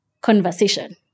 conversation